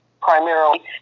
primarily